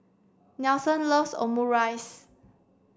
Nelson loves Omurice